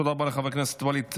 תודה רבה לחבר הכנסת ואליד אלהואשלה.